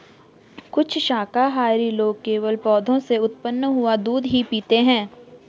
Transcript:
कुछ शाकाहारी लोग केवल पौधों से उत्पन्न हुआ दूध ही पीते हैं